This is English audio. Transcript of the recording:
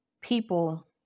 people